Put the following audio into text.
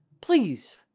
please